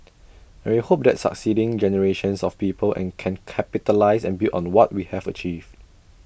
and we hope that succeeding generations of people an can capitalise and build on what we have achieved